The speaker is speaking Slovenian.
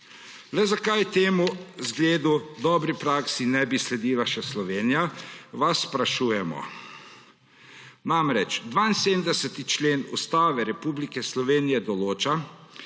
Le zakaj temu zgledu, dobri praksi ne bi sledila še Slovenija, vas sprašujemo. Namreč 72. člen Ustave Republike Slovenije določa,